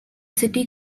city